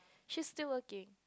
she's still working